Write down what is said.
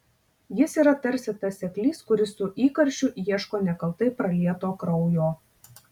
jis yra tarsi tas seklys kuris su įkarščiu ieško nekaltai pralieto kraujo